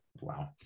Wow